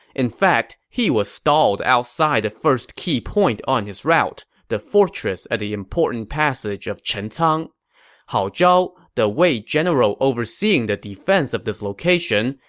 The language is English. in fact, he was stalled outside the first key point on his route, the fortress at the important passage of chencang. hao zhao, the wei general overseeing the defense of this location,